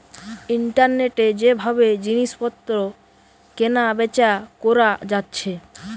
ইন্টারনেটে যে ভাবে জিনিস পত্র কেনা বেচা কোরা যাচ্ছে